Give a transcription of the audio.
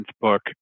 book